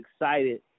excited